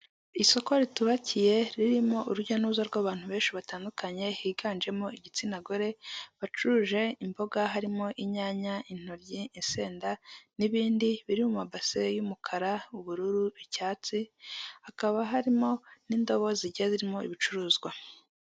Isoko ritubakiye ririmo urujya n'uruza rw'abantu benshi batandukanye higanjemo igitsina gore bacuruje imboga harimo: inyanya, intoryi, insenda, n'ibindi biri mu ma base y'umukara, ubururu, icyatsi, hakaba harimo n'indobo zigiye zirimo ibicuruzwa.